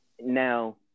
now